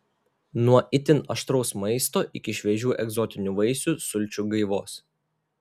nuo itin aštraus maisto iki šviežių egzotinių vaisių sulčių gaivos